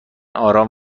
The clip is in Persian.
آرام